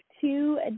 two